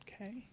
Okay